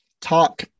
talk